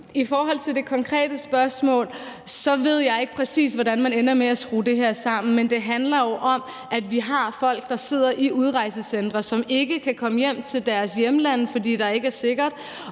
I forhold til det konkrete spørgsmål ved jeg ikke, præcis hvordan man ender med at skrue det her sammen. Men det handler jo om, at vi har folk, der sidder i udrejsecentre, og som ikke kan komme hjem til deres hjemlande, fordi der ikke er sikkert,